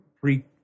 pre